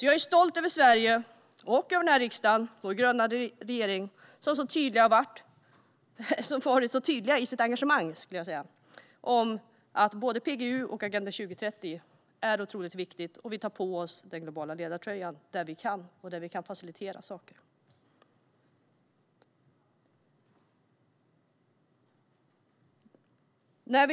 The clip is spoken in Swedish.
Jag är stolt över Sverige, över den här riksdagen och över vår rödgröna regering, som varit så tydliga i sitt engagemang för både PGU och Agenda 2030 som otroligt viktiga saker. Vi tar på oss den globala ledartröjan där vi kan göra det och där vi kan facilitera saker.